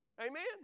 Amen